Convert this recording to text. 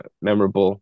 memorable